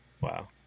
wow